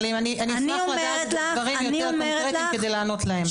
אבל אני אשמח לדעת דברים יותר קונקרטיים כדי לענות עליהם.